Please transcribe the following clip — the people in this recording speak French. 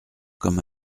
comme